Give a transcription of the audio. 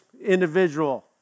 individual